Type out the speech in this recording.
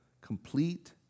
complete